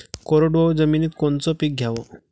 कोरडवाहू जमिनीत कोनचं पीक घ्याव?